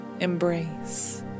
embrace